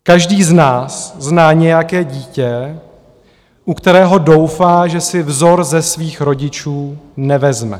Každý z nás zná nějaké dítě, u kterého doufá, že si vzor ze svých rodičů nevezme.